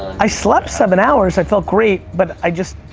i slept seven hours, i felt great, but i just,